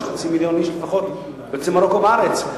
יש חצי מיליון איש לפחות יוצאי מרוקו בארץ,